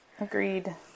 Agreed